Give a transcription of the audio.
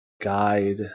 guide